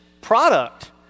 product